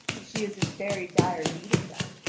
for she is in very dire need of them